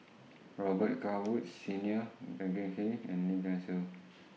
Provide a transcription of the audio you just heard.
Robet Carr Woods Senior and Lim